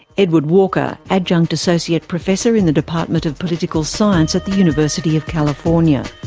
edward walker, adjunct associate professor in the department of political science at the university of california.